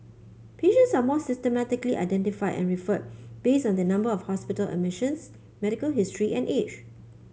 patients are more systematically identified and referred based on their number of hospital admissions medical history and age